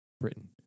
Britain